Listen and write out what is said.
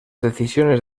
decisiones